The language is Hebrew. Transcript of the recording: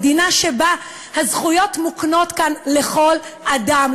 מדינה שבה הזכויות מוקנות לכל אדם,